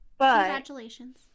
Congratulations